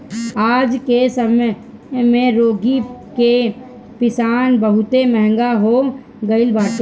आजके समय में रागी के पिसान बहुते महंग हो गइल बाटे